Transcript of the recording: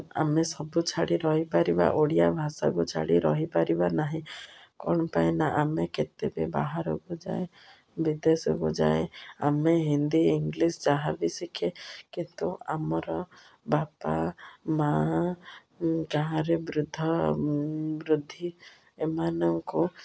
ଆମେ ସବୁ ଛାଡ଼ି ରହିପାରିବା ଓଡ଼ିଆ ଭାଷାକୁ ଛାଡ଼ି ରହିପାରିବା ନାହିଁ କ'ଣ ପାଇଁ ନା ଆମେ କେତେ ବି ବାହାରକୁ ଯାଏ ବିଦେଶକୁ ଯାଏ ଆମେ ହିନ୍ଦୀ ଇଂଲିଶ ଯାହା ବିି ଶିଖେ କିନ୍ତୁ ଆମର ବାପା ମା' ଗାଁରେ ବୃଦ୍ଧ ବୃଦ୍ଧି ଏମାନଙ୍କୁ